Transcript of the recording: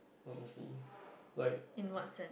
honestly like yeah